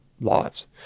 lives